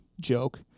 joke